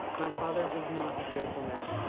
my father was not a fearful man.